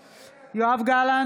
(קוראת בשמות חברי הכנסת) יואב גלנט,